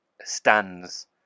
stands